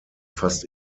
fast